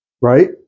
right